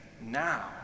now